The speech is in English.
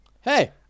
Hey